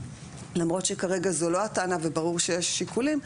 למרות שכרגע זו לא הטענה וברור שיש שיקולים,